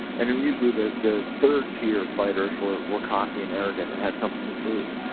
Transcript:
and and, usually the the third tier fighters were were cocky and arrogant, and had something to prove,